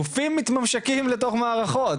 גופים מתממשקים לתוך מערכות,